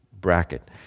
bracket